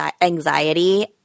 anxiety